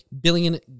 Billion